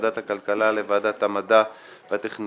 מוועדת הכלכלה לוועדת המדע והטכנולוגיה.